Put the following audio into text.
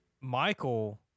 Michael